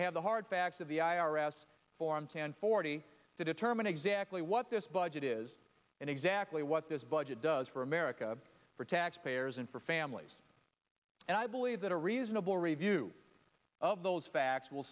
we have the hard facts of the i r s forms and forty to determine exactly what this budget is and exactly what this budget does for america for tax payers and for families and i believe that a reasonable review of those facts will